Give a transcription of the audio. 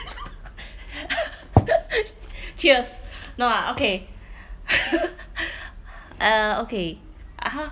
cheers no ah okay uh okay